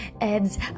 Ed's